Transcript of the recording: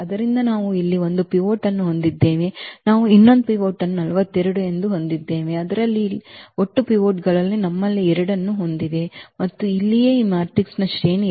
ಆದ್ದರಿಂದ ನಾವು ಇಲ್ಲಿ ಒಂದು ಪಿವೋಟ್ ಅನ್ನು ಹೊಂದಿದ್ದೇವೆ ನಾವು ಇನ್ನೊಂದು ಪಿವೋಟ್ ಅನ್ನು 42 ಎಂದು ಹೊಂದಿದ್ದೇವೆ ಆದ್ದರಿಂದ ಇಲ್ಲಿ ಒಟ್ಟು ಪಿವೋಟ್ಗಳು ನಮ್ಮಲ್ಲಿ 2 ಅನ್ನು ಹೊಂದಿವೆ ಮತ್ತು ಇಲ್ಲಿಯೇ ಈ ಮ್ಯಾಟ್ರಿಕ್ಸ್ನ ಶ್ರೇಣಿ 2 ಆಗಿದೆ